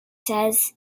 says